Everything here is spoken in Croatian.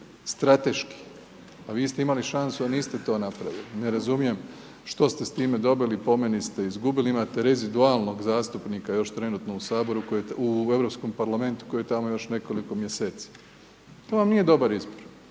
strateški, a vi ste imali šansu, a niste to napravili, ne razumijem, što ste s time dobili, po meni ste izgubili. Imate rezidualnog zastupnika, još trenutno u saboru, u Europskom parlamentu, koji je još tamo nekoliko mjeseci. To vam nije dobar izbor.